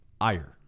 ire